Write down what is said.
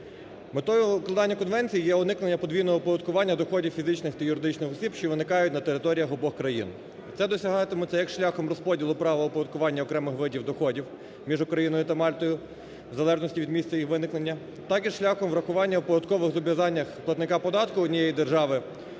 Метою укладання Конвенції є уникнення подвійного оподаткування доходів фізичних та юридичних осіб, що виникають на територіях обох країн, це досягатиметься як шляхом розподілу права оподаткування окремих видів доходів між Україною та Мальтою в залежності від місця їх виникнення так і шляхом врахування в податкових зобов’язаннях платника податку однієї держави